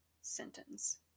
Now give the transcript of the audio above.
sentence